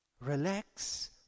Relax